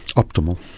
optimal.